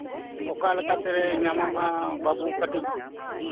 ᱚᱠᱟ ᱞᱮᱠᱟᱛᱮ ᱧᱟᱢᱚᱜᱼᱟ ᱵᱟᱹᱵᱩ ᱠᱟᱹᱴᱤᱡ